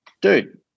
dude